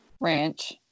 ranch